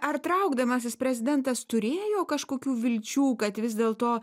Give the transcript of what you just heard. ar traukdamasis prezidentas turėjo kažkokių vilčių kad vis dėlto